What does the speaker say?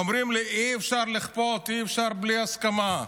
אומרים לי: אי-אפשר לכפות, אי-אפשר בלי הסכמה.